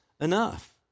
enough